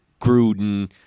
Gruden